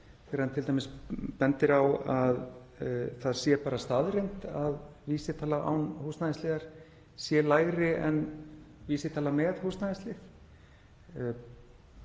þegar hann bendir á að það sé bara staðreynd að vísitala án húsnæðisliðar sé lægri en vísitala með húsnæðislið.